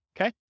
Okay